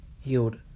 Healed